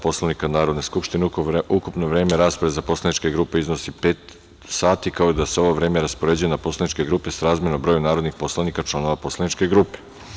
Poslovnika Narodne skupštine ukupno vreme rasprave za poslaničke grupe iznosi pet sati, kao i da se ovo vreme raspoređuje na poslaničke grupe srazmerno broju narodnih poslanika članova poslaničke grupe.